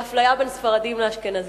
כאפליה בין ספרדים לאשכנזים.